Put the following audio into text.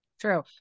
True